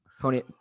Pony